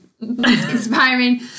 inspiring